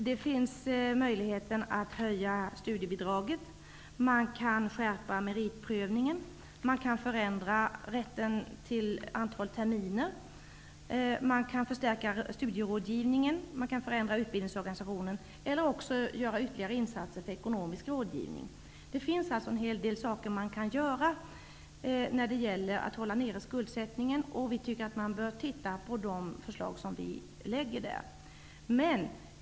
Det finns möjlighet att höja studiebidraget, man kan skärpa meritprövningen, man kan förändra rätten till antal terminer, man kan förstärka studierådgivningen, man kan förändra utbildningsorganisationen eller göra ytterligare insatser för ekonomisk rådgivning. Det finns en hel del man kan göra när det gäller att hålla skuldsättningen nere. Vi tycker att man bör titta på våra förslag.